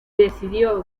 decidió